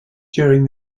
during